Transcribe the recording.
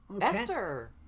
Esther